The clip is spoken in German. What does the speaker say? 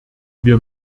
wir